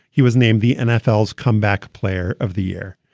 he was named the nfl comeback player of the year.